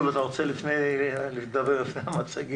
שמי דוקטור תניב רופא,